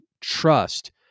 trust